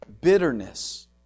bitterness